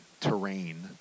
terrain